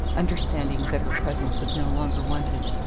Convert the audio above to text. understanding that her presence was no longer wanted.